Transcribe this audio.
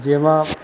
જેમાં